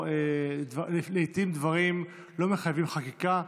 לעיתים דברים לא מחייבים חקיקה.